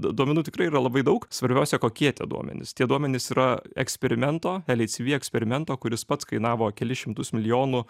duomenų tikrai yra labai daug svarbiausia kokie tie duomenys tie duomenys yra eksperimento lhcb eksperimento kuris pats kainavo kelis šimtus milijonų